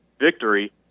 victory